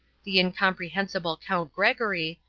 the incomprehensible count gregory,